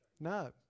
No